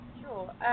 Sure